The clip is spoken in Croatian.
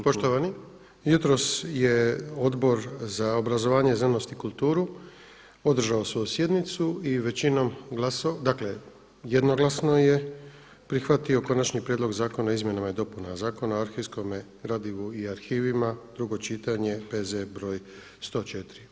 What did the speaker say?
Poštovani jutros je Odbor za obrazovanje, znanost i kulturu održao svoju sjednicu i većinom glasova, dakle jednoglasno je prihvatio Konačni prijedlog zakona o izmjenama i dopunama Zakona o arhivskome gradivu i arhivima, drugo čitanje, P.Z. br. 104.